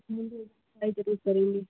हाँ जी बरैली